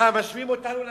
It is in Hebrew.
שמשווים אותנו לנאצים,